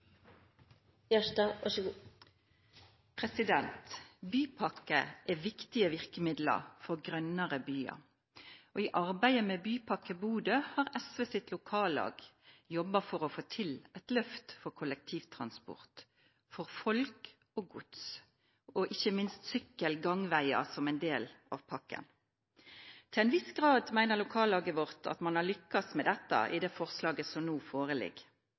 viktige virkemidler for grønne byer, og i arbeidet med Bypakke Bodø har SVs lokallag jobbet for å få til et løft for kollektivtransport, for folk og gods, og ikke minst sykkel- og gangveier som en del av pakken. Til en viss grad mener lokallaget vårt at man har lyktes med dette i det forslaget som nå foreligger.